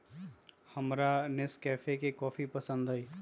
हमरा नेस्कैफे के कॉफी पसंद हई